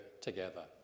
together